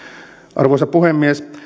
arvoisa puhemies